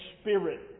spirit